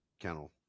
kennel